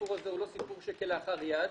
הסיפור הזה הוא לא סיפור כלאחר יד,